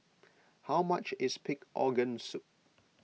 how much is Pig Organ Soup